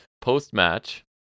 Post-match